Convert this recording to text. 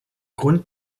grund